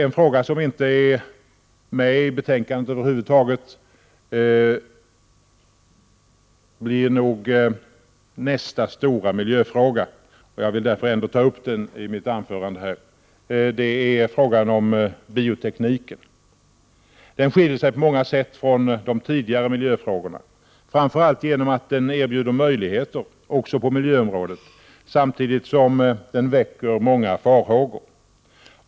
En fråga som över huvud taget inte behandlas i betänkandet är den som antagligen blir nästa stora miljöfråga, och jag vill därför ändå ta upp den i mitt anförande här i dag. Det är frågan om biotekniken. Den skiljer sig på många sätt från de tidigare miljöfrågorna, framför allt genom att den erbjuder möjligheter, också på miljöområdet, samtidigt som den väcker många farhågor.